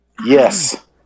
Yes